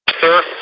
Sir